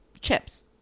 chips